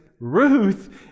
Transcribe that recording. Ruth